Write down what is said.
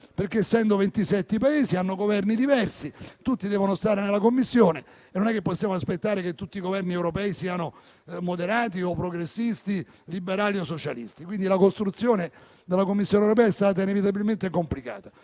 perché si tratta di 27 Paesi con Governi diversi: tutti devono stare nella Commissione e non possiamo aspettarci che tutti i Governi europei siano moderati o progressisti, liberali o socialisti. Quindi, la costruzione della Commissione europea è stata inevitabilmente complicata.